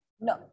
no